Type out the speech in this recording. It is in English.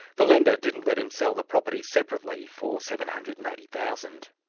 the lender didn't let him sell the property separately for seven hundred and eighty thousand